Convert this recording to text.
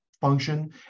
function